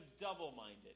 double-minded